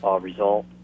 result